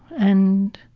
and,